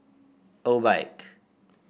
Obike